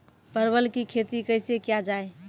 परवल की खेती कैसे किया जाय?